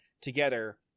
together